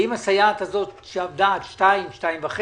האם הסייעת הזאת שעבדה עד 2:00 או עד 2:30,